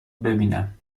ببینم